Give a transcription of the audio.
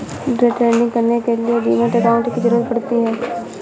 day trading करने के लिए डीमैट अकांउट की जरूरत पड़ती है